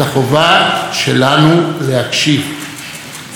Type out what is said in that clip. זה הזמן להזכיר את הדוח שהגישה השופטת